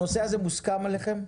הנושא הזה מוסכם עליכם?